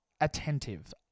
attentive